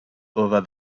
over